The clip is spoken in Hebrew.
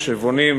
מחשבונים,